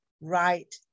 right